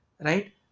right